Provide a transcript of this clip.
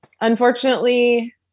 Unfortunately